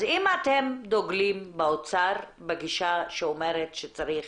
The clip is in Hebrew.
אז אם אתם דוגלים באוצר בגישה שאומרת שצריך